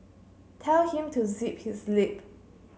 tell him to zip his lip